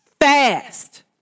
Fast